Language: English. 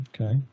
Okay